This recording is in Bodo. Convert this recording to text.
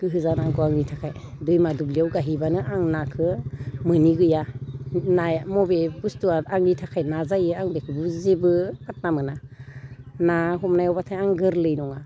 गोहो जानांगौ आंनि थाखाय दैमा दुब्लियाव गाहैबानो आं नाखौ मोनि गैया नाया बबे बुस्तुआ आंनि थाखाय मा जायो आं बेखौबो जेबो पात्ता मोना ना हमनायाव बाथाय आं गोरलै नङा